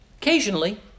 Occasionally